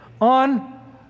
on